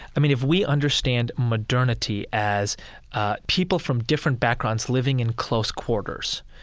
i mean, if we understand modernity as people from different backgrounds living in close quarters,